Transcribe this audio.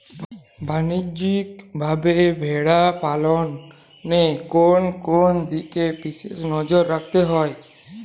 বাণিজ্যিকভাবে ভেড়া পালনে কোন কোন দিকে বিশেষ নজর রাখতে হয়?